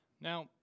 Now